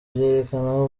byerekana